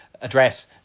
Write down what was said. address